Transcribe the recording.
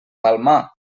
palmar